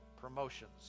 Promotions